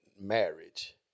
marriage